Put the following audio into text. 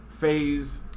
phase